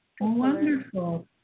Wonderful